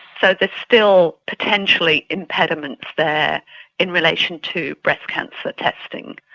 so there's still potentially impediments there in relation to breast cancer testing.